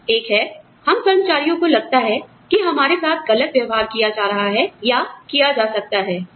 एक है हम कर्मचारियों को लगता है कि हमारे साथ गलत व्यवहार किया जा रहा है या किया जा सकता है